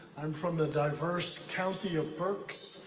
i'm from the diverse county of berks,